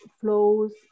flows